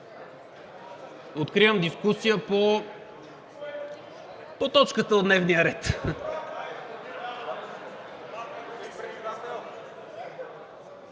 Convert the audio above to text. Откривам дискусията по точката от дневния ред.